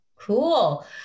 Cool